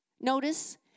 Notice